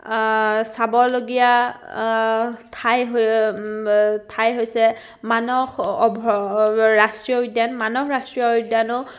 চাবলগীয়া ঠাই ঠাই হৈছে মানাহ ৰাষ্ট্ৰীয় উদ্যান মানাহ ৰাষ্ট্ৰীয় উদ্যানো